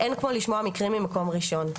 אין כמו לשמוע מקרים ממקור ראשון,